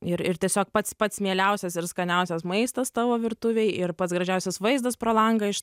ir ir tiesiog pats pats mieliausias ir skaniausias maistas tavo virtuvėj ir pats gražiausias vaizdas pro langą iš